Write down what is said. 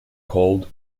called